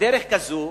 ובדרך כזאת,